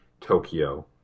Tokyo